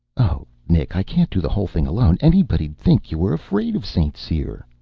oh, nick! i can't do the whole thing alone. anybody'd think you were afraid of st. cyr.